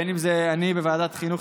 בין אם זה אני בוועדת החינוך,